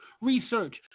research